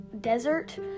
desert